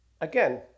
again